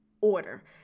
order